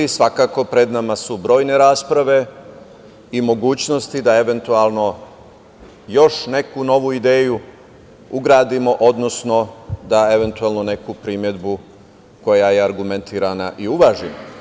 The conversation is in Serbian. Svakako, pred nama su brojne rasprave i mogućnosti da eventualno još neku novu ideju ugradimo, odnosno da eventualno neku primedbu, koja je argumentovana, i uvažimo.